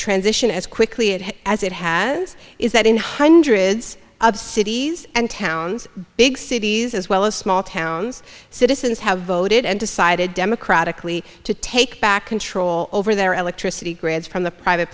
transition as quickly as it has is that in hundred of cities and towns big cities as well as small towns citizens have voted and decided democratically to take back control over their electricity grid from the private